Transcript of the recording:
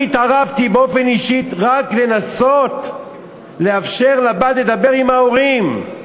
אני התערבתי באופן אישי רק כדי לנסות לאפשר לבת לדבר עם ההורים,